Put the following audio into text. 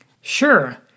Sure